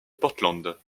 portland